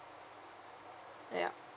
ya